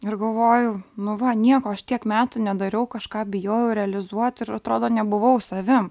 ir galvoju nu va nieko aš tiek metų nedariau kažką bijojau realizuot ir atrodo nebuvau savim